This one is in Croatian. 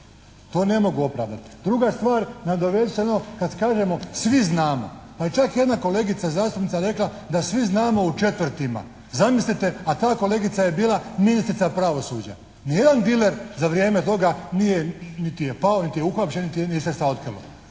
To ne mogu opravdati. Druga stvar, nadovezat ću se na ono kad kažemo: «Svi znamo», pa je čak jedna kolegica zastupnica rekla da svi znamo u četvrtima. Zamislite a ta kolegica je bila ministrica pravosuđa. Nijedan diler za vrijeme toga nije niti je pao niti je uhapšen niti se šta otkrilo.